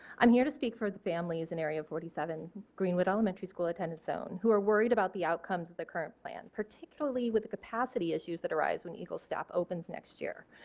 um here to speak for the families in area forty seven greenwood elementary school attendance zone who are worried about the outcomes of the current plan particularly with capacity issues that arise when eagle staff opens next year.